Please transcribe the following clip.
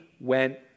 went